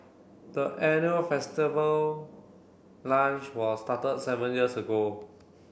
the annual festival lunch was started seven years ago